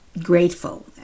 grateful